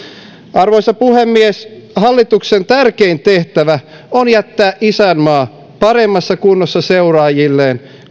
arvoisa puhemies hallituksen tärkein tehtävä on jättää isänmaa paremmassa kunnossa seuraajilleen